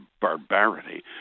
barbarity